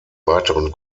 weiteren